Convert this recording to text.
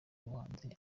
y’ubuhanzi